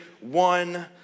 one